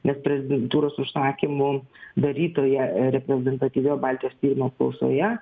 nes prezidentūros užsakymu darytoje reprezentatyvioj baltijos tyrimų apklausoje